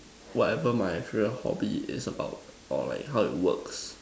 whatever my free hobby is about or like how it works